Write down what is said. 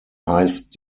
heißt